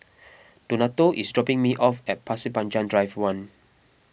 Donato is dropping me off at Pasir Panjang Drive one